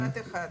משפט אחד.